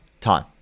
time